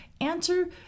answer